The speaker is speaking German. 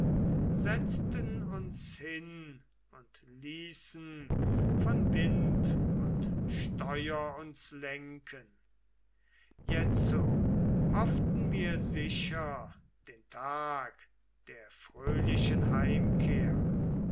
setzten uns hin und ließen vom wind und steuer uns lenken jetzo hofften wir sicher den tag der fröhlichen heimkehr